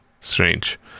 strange